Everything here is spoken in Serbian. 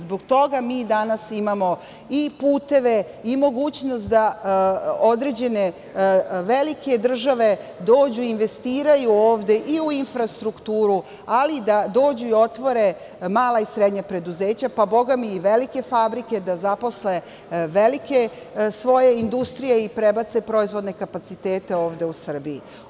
Zbog toga mi danas imamo i puteve i mogućnost da određene velike države dođu i investiraju ovde i u infrastrukturu, ali da dođu i da otvore mala i srednja preduzeća, pa i velike fabrike, da zaposle svoje velike industrije i prebace proizvodne kapacitete ovde u Srbiju.